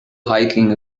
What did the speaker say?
hiking